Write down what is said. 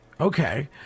Okay